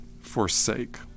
forsake